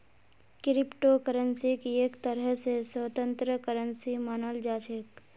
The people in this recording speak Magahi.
क्रिप्टो करन्सीक एक तरह स स्वतन्त्र करन्सी मानाल जा छेक